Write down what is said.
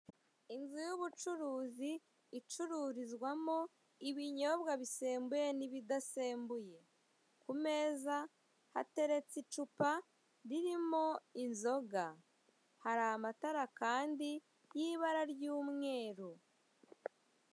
Inzu ya ubucuruzi icururizwamo ibinyobwa bisembuye na ibidasembuye. Ku meza hateretse icupa ririmo inzoga, hari amatara kandi ya ibara rya umweru.